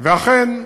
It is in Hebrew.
ואכן,